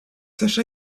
sacha